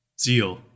Zeal